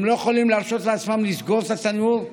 הם לא יכולים להרשות לעצמם לסגור את התנור,